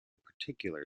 particular